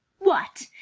what!